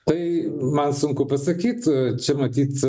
tai man sunku pasakyt čia matyt